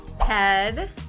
Ted